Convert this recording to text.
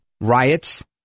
riots